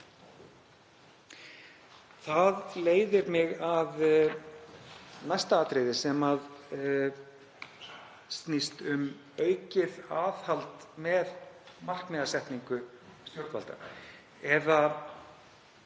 Það leiðir mig að næsta atriði sem snýst um aukið aðhald með markmiðasetningu stjórnvalda,